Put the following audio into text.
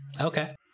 Okay